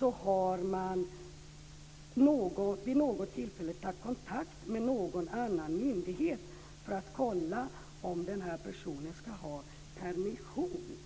har man inte vid ett enda tillfälle tagit kontakt med någon annan myndighet för att kolla om personen i fråga ska ha permission.